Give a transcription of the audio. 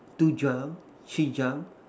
two jump three jump